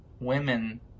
women